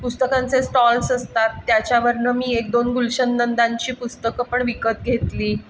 पुस्तकांचे स्टॉल्स असतात त्याच्यावरून मी एक दोन गुलशन नंदांची पुस्तकं पण विकत घेतली